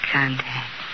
Contact